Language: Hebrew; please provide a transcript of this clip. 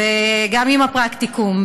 גם עם הפרקטיקום.